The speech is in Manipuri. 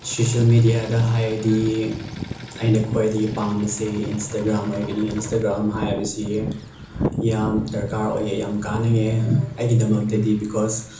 ꯁꯨꯁꯦꯜ ꯃꯦꯗꯤꯌꯥꯗ ꯍꯥꯏꯔꯗꯤ ꯑꯩꯅ ꯈ꯭ꯋꯥꯏꯗꯒꯤ ꯄꯥꯝꯕꯁꯤ ꯏꯟꯁꯇꯒ꯭ꯔꯥꯝ ꯑꯣꯏꯒꯅꯤ ꯏꯟꯁꯇꯒ꯭ꯔꯥꯝ ꯍꯥꯏꯕꯁꯤ ꯌꯥꯝ ꯗꯔꯀꯥꯔ ꯑꯣꯏꯌꯦ ꯌꯥꯝ ꯀꯥꯟꯅꯩꯌꯦ ꯑꯩꯒꯤꯗꯃꯛꯇꯗꯤ ꯕꯤꯀꯣꯁ